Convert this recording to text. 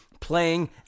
Playing